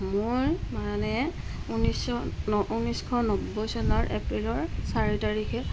মই মানে ঊনৈছশ ন ঊনেছশ নব্বৈ চনৰ এপ্ৰিলৰ চাৰি তাৰিখে